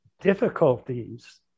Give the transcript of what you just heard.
difficulties